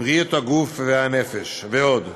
בריאות הגוף והנפש ועוד.